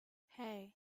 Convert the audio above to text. hey